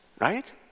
Right